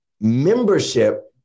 membership